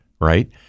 right